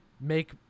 make